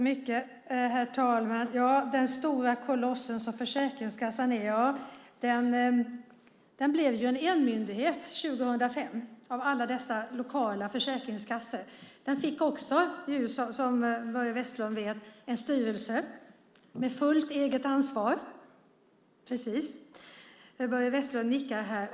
Herr talman! Den stora koloss som Försäkringskassan är, sade Börje Vestlund. Det blev ju en enmyndighet 2005 av alla lokala försäkringskassor. Den fick, som Börje Vestlund vet, en styrelse med fullt eget ansvar.